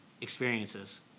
experiences